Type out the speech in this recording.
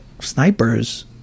snipers